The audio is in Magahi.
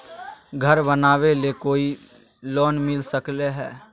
घर बनावे ले कोई लोनमिल सकले है?